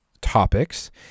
topics